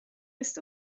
ist